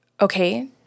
Okay